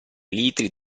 litri